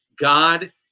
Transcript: God